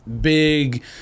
Big